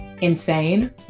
insane